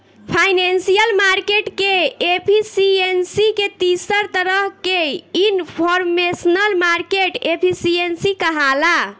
financial market के efficiency के तीसर तरह के इनफॉरमेशनल मार्केट एफिशिएंसी कहाला